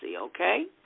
okay